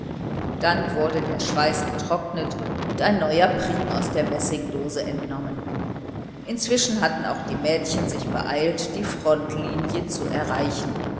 dann wurde der schweiß getrocknet und ein neuer priem aus der messingdose genommen inzwischen hatten auch die mädchen sich beeilt die frontlinie zu erreichen